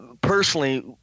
personally